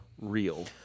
real